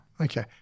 Okay